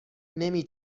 نمی